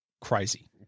Crazy